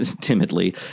timidly